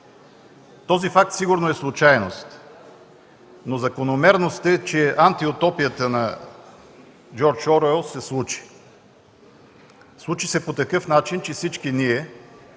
Този факт сигурно е случайност, но закономерност е, че ентропията на Джордж Оруел се случи. Случи се по такъв начин, че всички ние